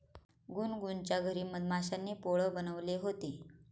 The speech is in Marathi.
गुनगुनच्या घरी मधमाश्यांनी पोळं बनवले होते